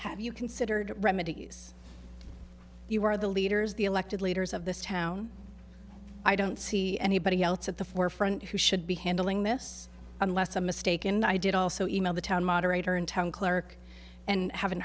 have you considered remedies you are the leaders the elected leaders of this town i don't see anybody else at the forefront who should be handling this unless i'm mistaken i did also email the town moderator and town clerk and haven't